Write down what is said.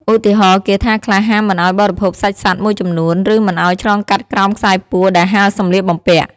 ឧទាហរណ៍ គាថាខ្លះហាមមិនឱ្យបរិភោគសាច់សត្វមួយចំនួន ឬមិនឱ្យឆ្លងកាត់ក្រោមខ្សែពួរដែលហាលសម្លៀកបំពាក់។